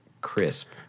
crisp